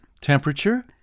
Temperature